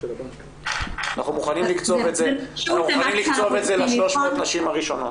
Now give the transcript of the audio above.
אנחנו מוכנים לקצוב את זה ל-300 הנשים הראשונות.